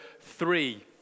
three